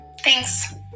thanks